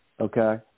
Okay